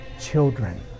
children